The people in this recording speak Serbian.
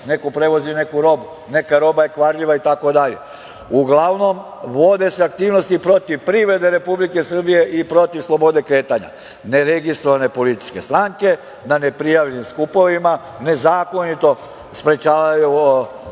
neko prevozi neku robu. Neka roba je kvarljiva itd. Uglavnom, vode se aktivnosti protiv privrede Republike Srbije i protiv slobode kretanja. Ne registrovane političke stranke, na ne prijavljenim skupovima nezakonito sprečavaju